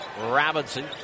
Robinson